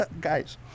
Guys